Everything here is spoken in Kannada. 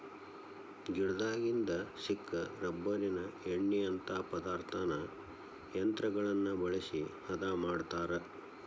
ಗಿಡದಾಗಿಂದ ಸಿಕ್ಕ ರಬ್ಬರಿನ ಎಣ್ಣಿಯಂತಾ ಪದಾರ್ಥಾನ ಯಂತ್ರಗಳನ್ನ ಬಳಸಿ ಹದಾ ಮಾಡತಾರ